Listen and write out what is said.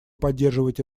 поддерживать